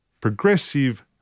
progressive